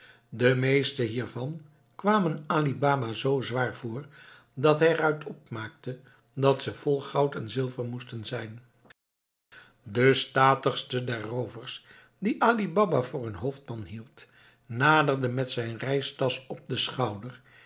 de meeste hiervan kwamen ali baba zoo zwaar voor dat hij er uit opmaakte dat ze vol goud en zilver moesten zijn de statigste der roovers dien ali baba voor hun hoofdman hield naderde met zijn reistasch op den schouder